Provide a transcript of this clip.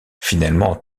finalement